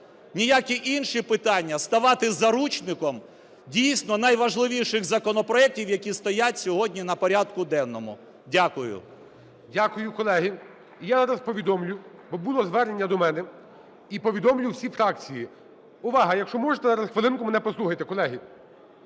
ніякі інші питання ставати заручником, дійсно, найважливіших законопроектів, які стоять сьогодні на порядку денному. Дякую. ГОЛОВУЮЧИЙ. Дякую. Колеги, і я зараз повідомлю, бо було звернення до мене, і повідомлю всі фракції. Увага! Якщо можете, зараз хвилинку мене послухайте, колеги.